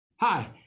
Hi